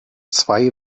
zwei